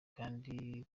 kandi